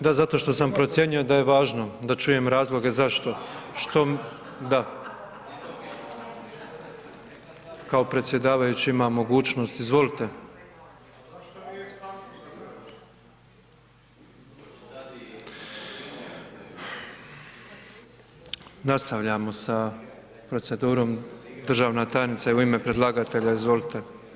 Da, zato što sam procijenio da je važno da čujemo razloge zašto, što …… [[Upadica sa strane, ne razumije se.]] Kao predsjedavajući imam mogućnost, izvolite. … [[Upadica sa strane, ne razumije se.]] Nastavljamo sa procedurom, državna tajnica je u ime predlagatelja, izvolite.